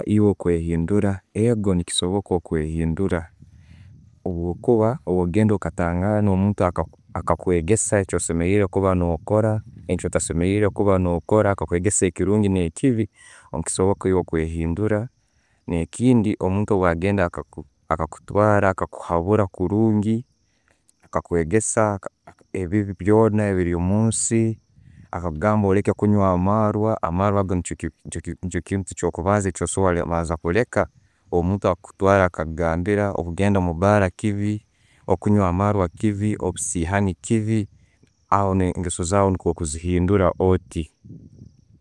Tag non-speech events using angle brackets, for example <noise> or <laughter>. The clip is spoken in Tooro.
Eiwe okweyindura, ego nikisoboka okweyindura, habwokuba obwogenda okatangana omuntu akakwegesa kyosemerirwe kuba no'kora, na'kyotasemerirwe kuba no kora, akakwegesa ekirungi ne'kibi, ne kisoboka okweyindura. Nekindi, omuntu bwagenda akakutwara okahura kurungi, akakwegesa ebibi byona ebiri munsi, akakugamba oleke kunywa amarwa, amarawa nichyo <hesitation> ekintu ekyo'kubanza kuleka, omuntu akakutwara akakugambira, okugenda mu kubara kibi, okunywa amarwa kibi, obusiyaani kibi, aho engezo zaawe niiko okuzihindura otti.